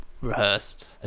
Rehearsed